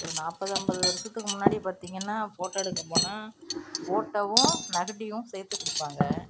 ஒரு நாற்பது ஐம்பது வருடத்துக்கு முன்னாடி பார்த்திங்கன்னா ஃபோட்டோ எடுக்க போனால் ஃபோட்டோவும் நெகட்டிவும் சேர்த்து கொடுப்பாங்க